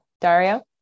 Dario